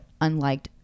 unliked